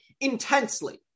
intensely